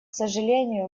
сожалению